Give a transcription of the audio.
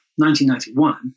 1991